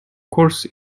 course